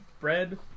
bread